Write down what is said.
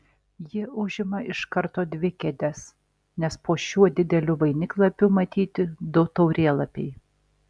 ji užima iš karto dvi kėdes nes po šiuo dideliu vainiklapiu matyti du taurėlapiai